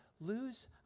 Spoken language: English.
lose